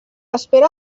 espera